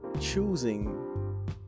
choosing